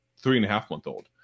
three-and-a-half-month-old